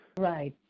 right